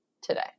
today